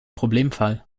problemfall